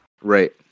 Right